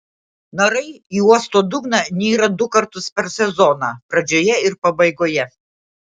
narai į uosto dugną nyra du kartus per sezoną pradžioje ir pabaigoje